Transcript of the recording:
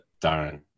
Darren